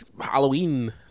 Halloween